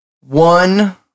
one